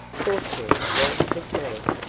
fortune was with me,